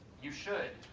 you should,